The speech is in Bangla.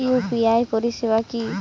ইউ.পি.আই পরিসেবা কি?